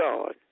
God